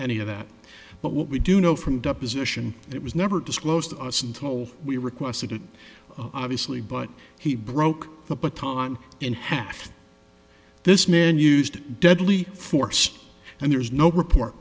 any of that but what we do know from deposition that was never disclosed to us until we requested it obviously but he broke the time in half this man used deadly force and there's no report